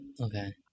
Okay